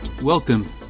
Welcome